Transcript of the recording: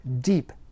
deep